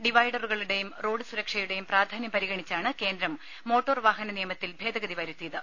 ഡിവൈഡറുകളുടെയും road സുരക്ഷയുടെയും പ്രാധാന്യം പരിഗണിച്ചാണ് കേന്ദ്രം മോട്ടോർ വാഹന നിയമത്തിൽ ഭേദഗതി വരുത്തിയത്